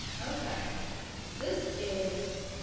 okay this is